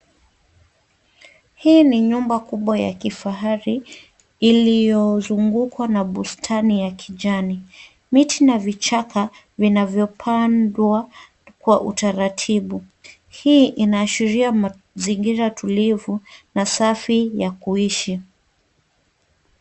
Hii ni nyumba kubwa ya kifahari iliyozungukwa na bustani ya kijani. Miti na vichaka vinavyopandwa kwa utaratibu. Hii inaashiria mazingira tulivu na safi ya kuishi.